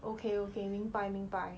okay okay 明白明白